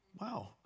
wow